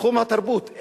תחום התרבות,